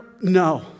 No